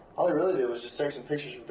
all he really did was just take some pictures